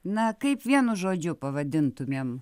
na kaip vienu žodžiu pavadintumėm